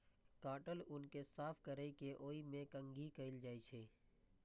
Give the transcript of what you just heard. काटल ऊन कें साफ कैर के ओय मे कंघी कैल जाइ छै